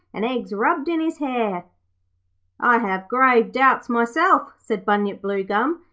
and eggs rubbed in his hair i have grave doubts myself said bunyip bluegum,